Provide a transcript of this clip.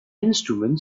instrument